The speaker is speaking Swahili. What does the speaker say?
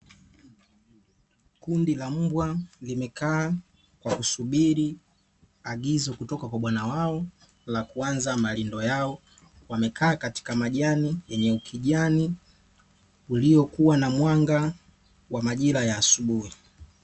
Kundi la mbwa limekaa kwa kusubiri agizo kutoka kwa bwana wao la kuanza malindo yao, wamekaa katika majani yenye ukijani uliokuwa na mwanga wa majira ya asubuhi.